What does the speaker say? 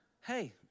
hey